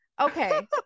okay